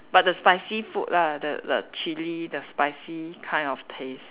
but the spicy food lah the the chili the spicy kind of taste